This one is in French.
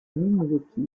milwaukee